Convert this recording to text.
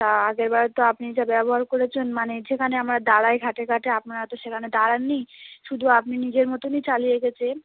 তা আগেরবারে তো আপনি যা ব্যবহার করেছেন মানে যেখানে আমরা দাড়াইঘাটে ঘাটে আপনারা তো সেখানে দাঁড়ান নেই শুধু আপনি নিজের মতোনই চালিয়ে এসেছে